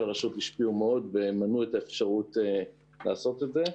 הרשות השפיעו מאוד ומנעו את האפשרות לעשות את זה.